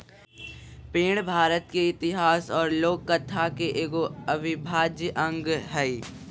पेड़ भारत के इतिहास और लोक कथा के एगो अविभाज्य अंग हइ